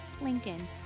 Lincoln